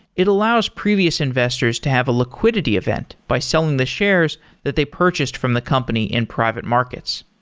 it allows previous investors to have a liquidity event by selling the shares that they purchased from the company and private markets.